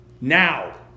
now